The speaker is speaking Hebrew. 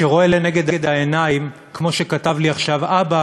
שרואה לנגד העיניים, כמו שכתב לי עכשיו אבא